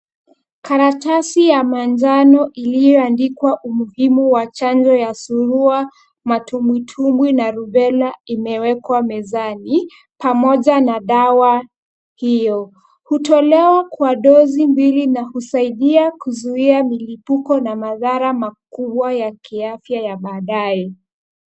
Karatasi ya manjano iliyoandikwa umuhimu wa chanjo ya surua, matumbwi tumbwi na rubela imewekwa mezani pamoja na dawa hizo. Hutolewa kwa dozi mbili na husaidia kuzuia milipuko na madhari makubwa ya kiafya ya baadaye.